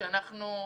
לפתרונות.